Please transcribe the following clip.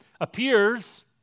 appears